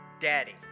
Daddy